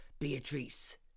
Beatrice